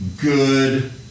good